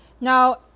Now